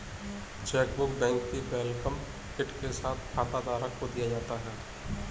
chequebook bank की welcome kit के साथ खाताधारक को दिया जाता है